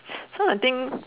so I think